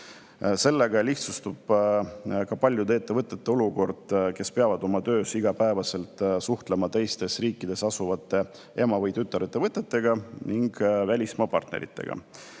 Sellega lihtsustub ka olukord paljudes ettevõtetes, kes peavad oma töös iga päev suhtlema teistes riikides asuvate ema- või tütarettevõtetega ning välismaa partneritega.